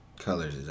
colors